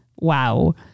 Wow